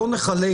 בואו נחלק